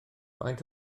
faint